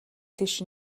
тийш